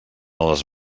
les